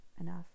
enough